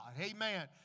Amen